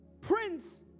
prince